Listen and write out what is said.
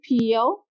PO